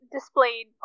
displayed